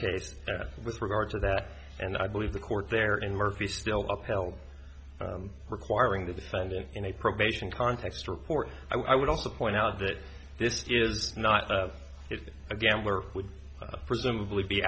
case with regard to that and i believe the court there in murphy still upheld requiring the defendant in a probation context report i would also point out that this is not a gambler would presumably be